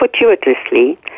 fortuitously